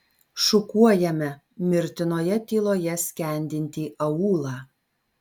šukuojame mirtinoje tyloje skendintį aūlą